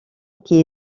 qui